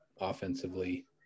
offensively